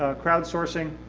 crowdsourcing.